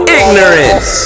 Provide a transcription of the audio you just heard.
ignorance